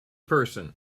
person